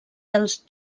dels